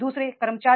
दू सरे कर्मचारी